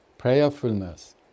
prayerfulness